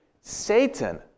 Satan